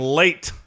late